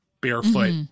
barefoot